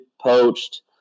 poached